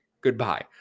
goodbye